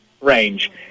range